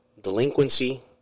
delinquency